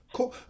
Cool